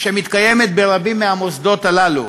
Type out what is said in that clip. שמתקיימת ברבים מהמוסדות הללו?